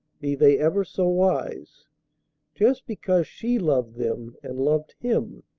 be they ever so wise just because she loved them and loved him,